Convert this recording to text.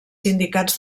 sindicats